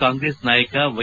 ಕಾಂಗ್ರೆಸ್ ನಾಯಕ ವೈ